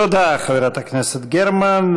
תודה, חברת הכנסת גרמן.